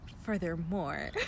furthermore